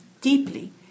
deeply